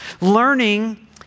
Learning